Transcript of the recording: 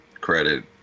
credit